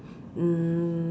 mm